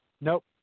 Nope